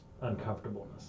uncomfortableness